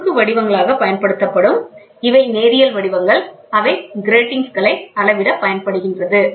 இவை குறுக்கு வடிவங்களாக பயன்படுத்தப்படும் இவை நேரியல் வடிவங்கள் அவை கிராட்டிங்ஸ்களை அளவிடப் பயன்படுகின்றன